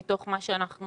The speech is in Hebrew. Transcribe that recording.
מתוך מה שאנחנו